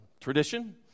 tradition